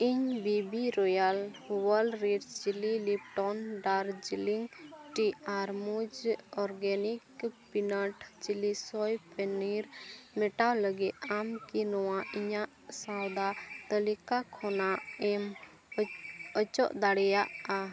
ᱤᱧ BB royal ᱳᱣᱟᱞᱰ ᱨᱤᱰᱥ ᱪᱤᱞᱤ ᱞᱤᱯᱴᱚᱱ ᱫᱟᱨᱡᱤᱞᱤᱝ ᱴᱤ ᱟᱨ ᱢᱩᱡᱽ ᱚᱨᱜᱟᱱᱤᱠ ᱯᱤᱱᱟᱞᱰ ᱪᱤᱞᱤ ᱥᱚᱭ ᱯᱚᱱᱤᱨ ᱢᱮᱴᱟᱣ ᱞᱟᱹᱜᱤᱫ ᱟᱢ ᱠᱤ ᱱᱚᱣᱟ ᱤᱧᱟᱹᱜ ᱥᱚᱣᱫᱟ ᱛᱟᱹᱞᱤᱠᱟ ᱠᱷᱚᱱᱟᱜ ᱮᱢ ᱚᱪᱚᱜ ᱫᱟᱲᱮᱭᱟᱜᱼᱟ